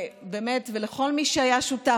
ולכל מי שהיה שותף.